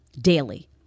daily